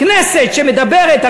כנסת שמדברת,